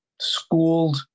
schooled